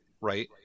Right